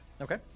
okay